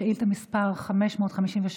שאילתה מס' 557,